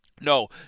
no